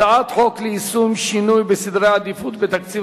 הצעת חוק ליישום שינוי בסדרי עדיפויות בתקציב